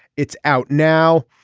it's out now